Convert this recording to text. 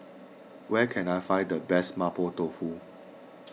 where can I find the best Mapo Tofu